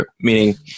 meaning